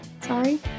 Sorry